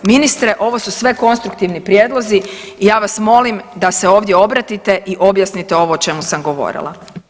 Ministre ovo su sve konstruktivni prijedlozi i ja vas molim da se ovdje obratite i objasnite ovo o čemu sam govorila.